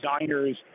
designers